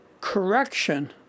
correction